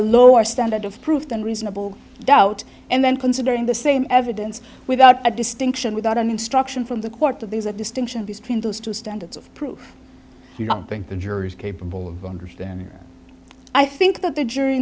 lower standard of proof than reasonable doubt and then considering the same evidence without a distinction without an instruction from the court that there's a distinction between those two standards of proof you don't think the jury is capable of understanding and i think that the jury in